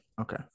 Okay